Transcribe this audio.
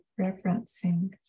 referencing